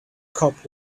cop